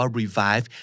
revive